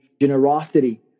generosity